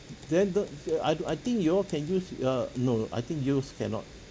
then don't uh I don't I think you all can use uh no I think youths cannot